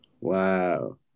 Wow